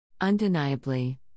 Undeniably